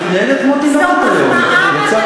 וזאת מחמאה, מה שאני חושבת עליך.